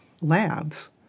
labs